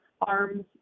arms